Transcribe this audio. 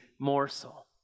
morsel